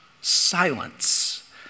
silence